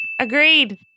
Agreed